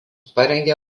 parengė